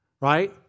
right